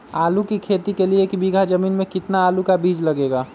आलू की खेती के लिए एक बीघा जमीन में कितना आलू का बीज लगेगा?